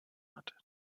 hat